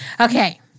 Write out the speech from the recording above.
Okay